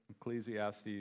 Ecclesiastes